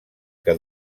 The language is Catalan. que